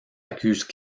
accuse